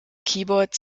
keyboard